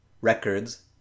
records